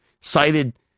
cited